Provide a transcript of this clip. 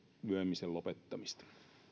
lyömisen lopettamista